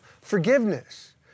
forgiveness